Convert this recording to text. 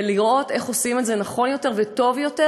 ולראות איך עושים את זה נכון יותר וטוב יותר,